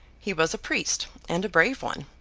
he was a priest, and a brave one.